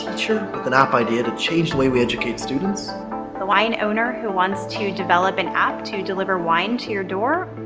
sure, an app idea to change the way we educate students hawaiian owner who wants to develop an app to deliver wine to your door?